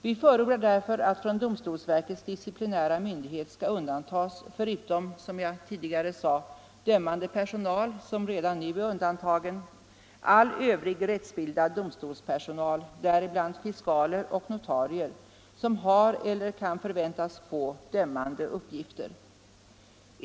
Vi förordar därför att från domstolsverkets disciplinära myndighet skall undantas förutom — som jag tidigare sade —- dömande personal, som redan nu är undantagen, all övrig rättsbildad domstolspersonal, däribland fiskaler och notarier, som har eller kan förväntas få dömande uppgifter.